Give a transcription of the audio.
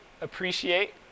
appreciate